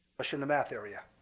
but in the math area.